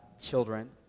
children